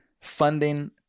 Funding